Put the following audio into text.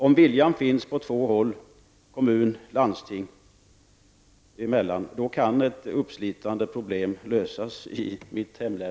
Om viljan finns på två håll, kommun och landsting emellan, kan ett uppslitande problem lösas i mitt hemlän.